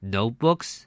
Notebooks